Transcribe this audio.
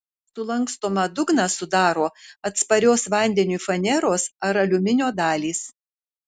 sulankstomą dugną sudaro atsparios vandeniui faneros ar aliuminio dalys